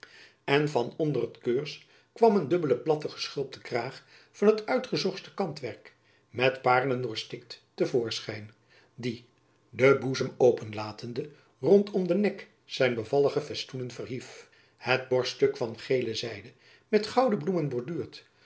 en van onder het keurs kwam een dubbele platte geschulpte kraag van het uitgezochtste kantwerk met paerlen doorstikt te voorschijn die den boezem open latende rondom den nek zijn bevallige festoenen verhief het borststuk van geele zijde met gouden